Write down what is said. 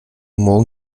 morgen